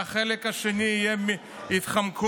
והחלק השני יתחמק.